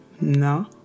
no